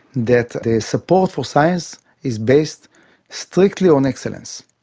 that the support for science is based strictly on excellence.